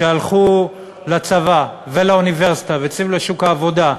שהלכו לצבא ולאוניברסיטה, ויצאו לשוק העבודה,